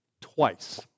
Twice